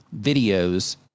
videos